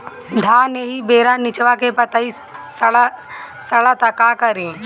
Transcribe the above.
धान एही बेरा निचवा के पतयी सड़ता का करी?